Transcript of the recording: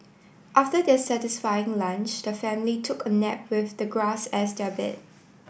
after their satisfying lunch the family took a nap with the grass as their bed